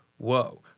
whoa